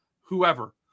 whoever